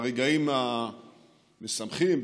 הרגעים המשמחים,